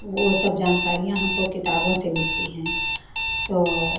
वो सब जानकारियाँ हमको किताबों से मिलती हैं तो